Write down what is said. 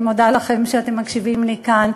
אני מודה לכם שאתם מקשיבים לי כאן,